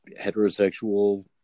heterosexual